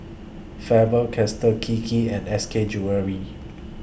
Faber Castell Kiki and S K Jewellery